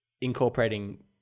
incorporating